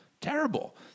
terrible